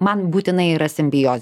man būtinai yra simbiozė